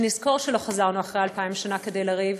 שנזכור שלא חזרנו אחרי 2,000 שנה כדי לריב,